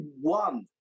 one